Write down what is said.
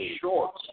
short